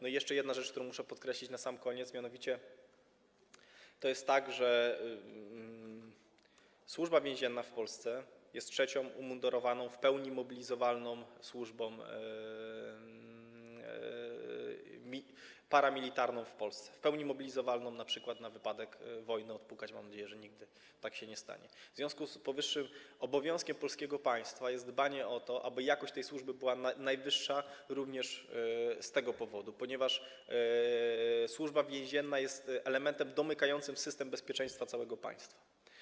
Na sam koniec muszę podkreślić jeszcze jedną kwestię, mianowicie jest tak, że Służba Więzienna w Polsce jest trzecią umundurowaną, w pełni mobilizowalną służbą paramilitarną w Polsce, w pełni mobilizowalną np. na wypadek wojny - odpukać, mam nadzieję, że nigdy tak się nie stanie - w związku z powyższym obowiązkiem polskiego państwa jest dbanie o to, aby jakość tej służby była jak najwyższa również z tego powodu, ponieważ Służba Więzienna jest elementem domykającym system bezpieczeństwa całego państwa.